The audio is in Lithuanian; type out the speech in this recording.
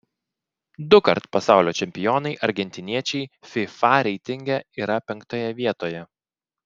dukart pasaulio čempionai argentiniečiai fifa reitinge yra penktoje vietoje